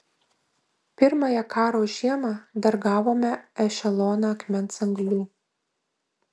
pirmąją karo žiemą dar gavome ešeloną akmens anglių